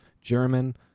German